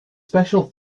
special